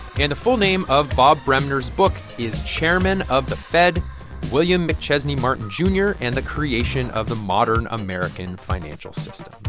and the full name of bob bremner's book is chairman of the fed william mcchesney martin jr. and the creation of the modern american financial system.